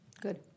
Good